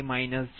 30